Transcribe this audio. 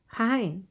Hi